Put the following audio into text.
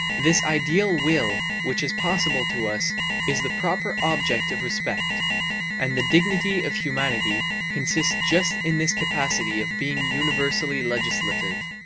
this ideal will which is possible to us is the proper object of respect and the dignity of humanity consists just in this capacity of being universally legislative,